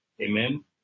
Amen